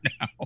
now